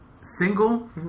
single